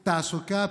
תעסוקה,